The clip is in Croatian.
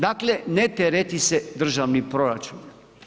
Dakle, ne tereti se državni proračun.